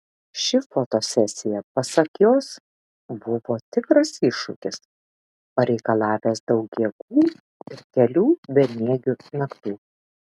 ši fotosesija pasak jos buvo tikras iššūkis pareikalavęs daug jėgų ir kelių bemiegių naktų